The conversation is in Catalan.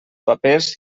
papers